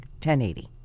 1080